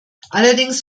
allerdings